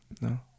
no